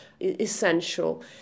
essential